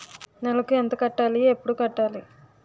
నెలకు ఎంత కట్టాలి? ఎప్పుడు కట్టాలి?